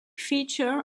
feature